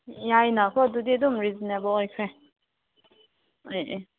ꯌꯥꯏꯅꯀꯣ ꯑꯗꯨꯗꯤ ꯑꯗꯨꯝ ꯔꯤꯖꯅꯦꯕꯜ ꯑꯣꯏꯈ꯭ꯔꯦ ꯑꯦ ꯑꯦ